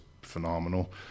phenomenal